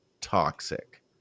toxic